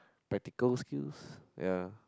practical skills ya